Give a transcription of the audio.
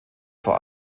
vor